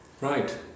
Right